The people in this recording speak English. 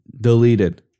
Deleted